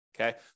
Okay